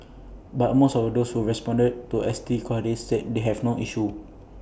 but most of those who responded to S T queries said they have not issue